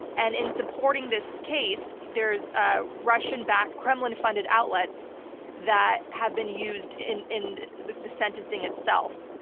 and in supporting this case, there's ah russian-backed, kremlin-funded outlets that have been used in in the the sentencing itself,